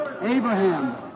Abraham